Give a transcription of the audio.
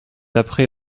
après